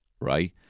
Right